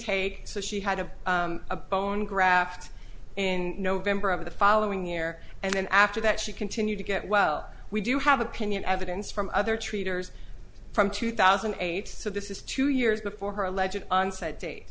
take so she had a bone graft in november of the following year and then after that she continued to get well we do have opinion evidence from other traders from two thousand and eight so this is two years before her alleged onset date